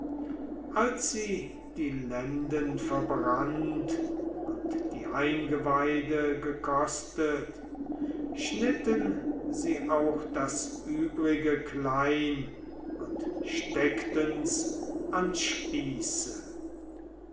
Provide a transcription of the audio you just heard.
als sie die lenden verbrannt und die eingeweide gekostet schnitten sie auch das übrige klein und steckten's an spieße